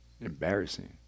embarrassing